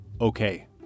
Okay